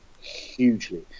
hugely